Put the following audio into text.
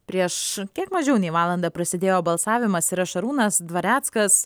prieš kiek mažiau nei valandą prasidėjo balsavimas yra šarūnas dvareckas